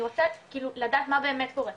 אני רוצה לדעת מה באמת קורה,